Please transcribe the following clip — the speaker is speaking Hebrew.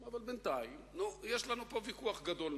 אבל בעיני זה לא הכול.